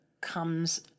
comes